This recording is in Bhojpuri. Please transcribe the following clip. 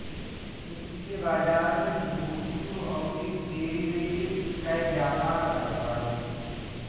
वित्तीय बाजार में प्रतिभूतियों अउरी डेरिवेटिव कअ व्यापार करत बाने